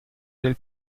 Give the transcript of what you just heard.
del